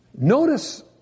Notice